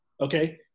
Okay